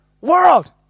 world